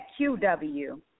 QW